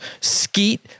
skeet